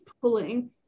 pulling